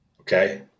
Okay